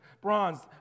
bronze